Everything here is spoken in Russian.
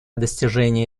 достижения